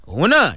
Una